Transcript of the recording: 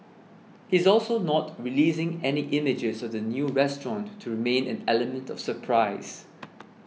he's also not releasing any images of the new restaurant to remained an element of surprise